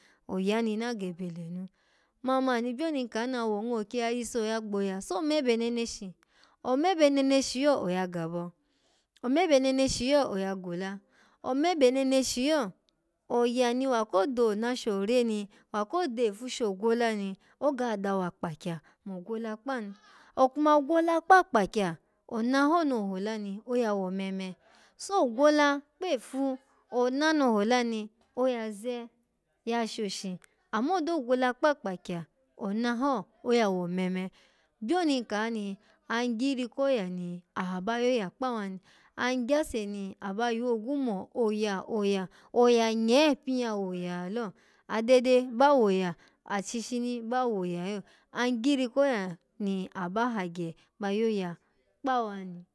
Oya ni na gebe lenu mamani byoni nka ni awongo kyi ya yiso oya gboya so mebe neneshi omebe neneshi yo oya gabo omebe neneshi yo oya gola omebe neneshiyo, oya ni wako dona sho re ni, kwa ko efu sho gwola ni, oga dawakpakya mo gwola kpanu okuma gwola kpakpakya, ona ho no hola ni oya womeme so gwola kpefu ona no hola ni, oya ze ya shoshi, ama do gwola kpakpakya ona ho oya womeme byoni nka ni, an gyiri koya ni aha ba yoya kpawa ni, an gyase ni aba yuwogwu mo, oya oya oya nye pin ya wonya lalo, adede ba woya, ashishini ba woya lo an gyiri koya na aba hagye ba yoya kpawa ni.